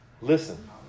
Listen